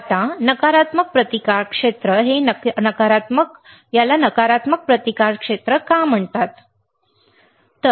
आता नकारात्मक प्रतिकार क्षेत्र हे नकारात्मक प्रतिकार क्षेत्र का आहे याला नकारात्मक प्रतिकार क्षेत्र का म्हणतात आपण नकारात्मक प्रतिकार क्षेत्र पाहता बरोबर